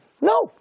no